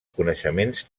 coneixements